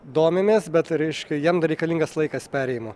domimės bet reiškia jiem dar reikalingas laikas perėjimo